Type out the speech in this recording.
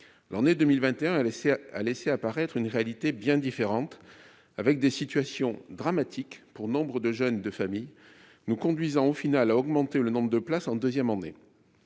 l'année 2021 a laissé, a laissé apparaître une réalité bien différente avec des situations dramatiques pour nombre de jeunes de familles nous conduisant au final à augmenter le nombre de places en 2ème année